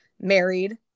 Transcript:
married